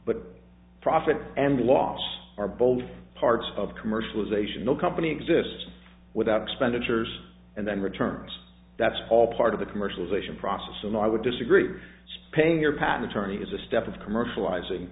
but profit and loss are both parts of commercialization no company exists without expenditures and then returns that's all part of the commercialisation process and i would disagree paying your patent attorney is a step of commercializing